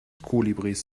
kolibris